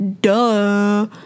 Duh